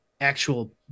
actual